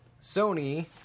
Sony